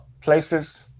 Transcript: places